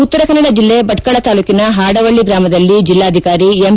ಉತ್ತರ ಕನ್ನಡ ಜಿಲ್ಲೆ ಭಟ್ಕಳ ತಾಲ್ಲೂಕಿನ ಹಾಡವಳ್ಳ ಗ್ರಾಮದಲ್ಲಿ ಜಿಲ್ಲಾಧಿಕಾರಿ ಎಂ